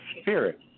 spirit